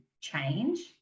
change